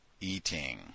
eating